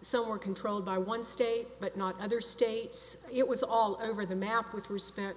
so are controlled by one state but not other states it was all over the map with respect